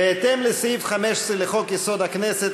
בהתאם לסעיף 15 לחוק-יסוד: הכנסת,